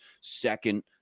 second